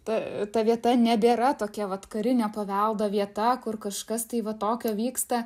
ta ta vieta nebėra tokia vat karinio paveldo vieta kur kažkas tai va tokio vyksta